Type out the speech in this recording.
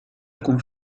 alcun